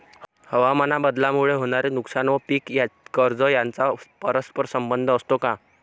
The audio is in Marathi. हवामानबदलामुळे होणारे नुकसान व पीक कर्ज यांचा परस्पर संबंध असतो का?